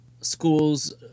schools